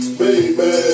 baby